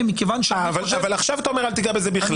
מכיוון --- עכשיו אתה אומר: אל תיגע בזה בכלל.